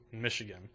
Michigan